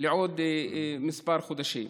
בעוד כמה חודשים.